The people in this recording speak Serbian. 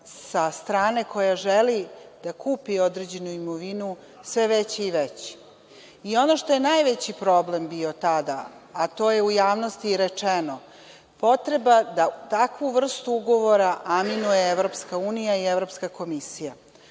sa strane koja želi da kupi određenu imovinu sve veći i veći. I ono što je najveći problem bio tada, a to je u javnosti i rečeno, potrebu da takvu vrstu ugovora aminuje Evropska unija i Evropska komisija. Očito